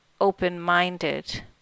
open-minded